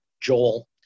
Joel